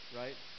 right